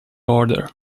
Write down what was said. order